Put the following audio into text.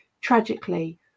tragically